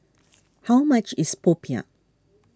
how much is Popiah